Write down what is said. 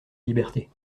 liberté